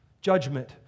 Judgment